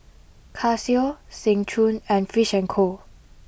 Casio Seng Choon and Fish and Co